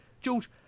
George